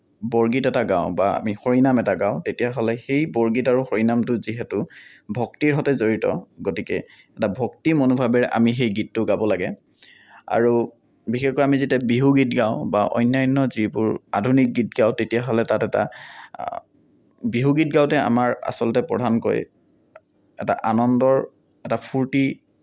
বৰগীত এটা গাওঁ বা আমি হৰিনাম এটা গাওঁ তেতিয়াহ'লে সেই বৰগীত আৰু হৰিনামটো যিহেতু ভক্তিৰ সৈতে জড়িত গতিকে এটা ভক্তিৰ মনোভাৱেৰে আমি সেই গীতটো গাব লাগে আৰু বিশেষকৈ আমি যেতিয়া বিহু গীত গাওঁ বা অন্য়ান্য যিবোৰ আধুনিক গীত গাওঁ তেতিয়াহ'লে তাত এটা বিহুগীত গাওতে আমাৰ আচলতে তাতে প্ৰধানকৈ এটা আনন্দৰ এটা ফুৰ্তিৰ